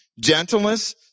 gentleness